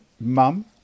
mum